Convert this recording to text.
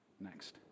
next